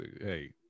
Hey